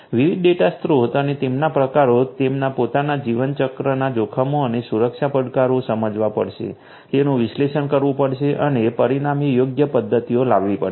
વિવિધ ડેટા સ્રોત અને તેમના પ્રકારો તેમના પોતાના જીવનચક્રના જોખમો અને સુરક્ષા પડકારો સમજવા પડશે તેનું વિશ્લેષણ કરવું પડશે અને પરિણામે યોગ્ય પદ્ધતિઓ લાવવી પડશે